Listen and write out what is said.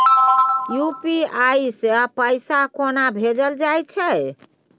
UPI सँ पैसा कोना भेजल जाइत छै?